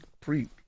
pre